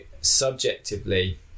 subjectively